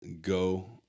go